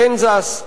קנזס,